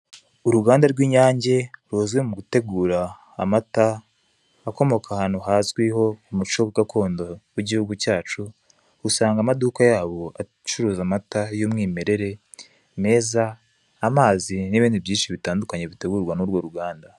Uruganda rw'inyange ruzwi mu gutegura amata akomoka hazwiho umuco gakondo w'igihugu cyacu usanga amaduka yabo acuruza amata y'umwimerere meza, amazi n'ibindi byinshi bitandukanye bitegurwa n'urwo ruganda .